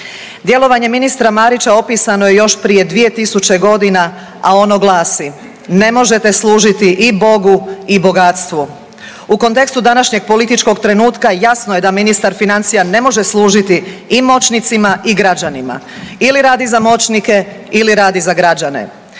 Djelovanje ministra Marića opisano je još prije 2000 godina, a ono glasi: „Ne možete služiti i Bogu i bogatstvu“. U kontekstu današnjeg političkog trenutka, jasno je da ministar financija ne može služiti i moćnicima i građanima. Ili radi za moćnike ili radi za građane.